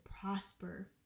prosper